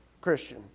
Christian